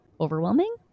overwhelming